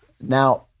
Now